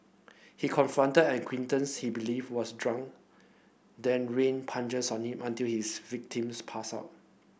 he confronted an acquaintance he believed was drunk then rained punches on him until his victims passed out